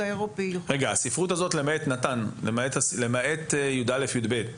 רגע, הספרות הזאת למעט כיתות י"א-י"ב,